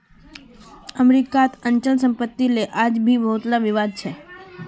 अमरीकात अचल सम्पत्तिक ले आज भी बहुतला विवाद छ